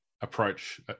approach